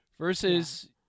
Versus